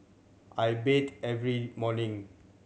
I bathe every morning